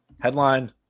headline